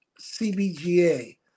CBGA